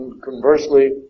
conversely